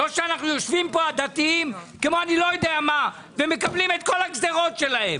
לא שאנחנו יושבים פה הדתיים כמו לא יודע מה ומקבלים את כל הגזרות שלהם.